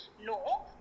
no